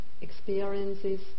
experiences